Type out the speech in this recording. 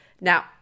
Now